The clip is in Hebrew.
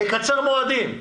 תקצר מועדים.